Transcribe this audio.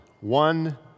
One